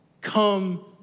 come